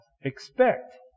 Expect